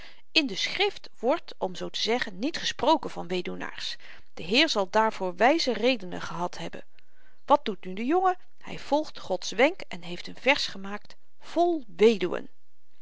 in de schrift wordt om zoo te zeggen niet gesproken van weduwnaars de heer zal daarvoor wyze redenen gehad hebben wat doet nu de jongen hy volgt gods wenk en heeft een vers gemaakt vol weduwen